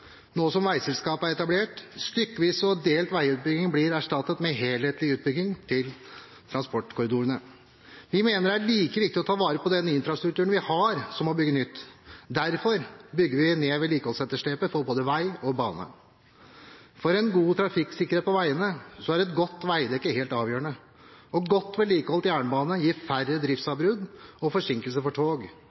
nå som veiselskapet er etablert. Stykkevis og delt veiutbygging blir erstattet med helhetlig utbygging av transportkorridorer. Vi mener det er like viktig å ta vare på den infrastrukturen vi har, som å bygge nytt. Derfor bygger vi ned vedlikeholdsetterslepet for både vei og bane. For en god trafikksikkerhet på veiene er et godt veidekke helt avgjørende, og en godt vedlikeholdt jernbane gir færre driftsavbrudd og forsinkelser for tog,